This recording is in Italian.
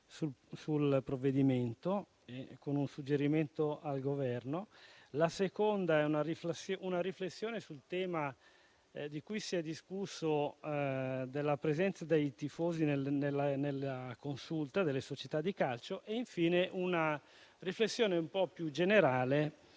sul provvedimento, con un suggerimento al Governo; la seconda è una riflessione sul tema di cui si è discusso circa la presenza dei tifosi nella consulta delle società di calcio; infine, farò una riflessione un po' più generale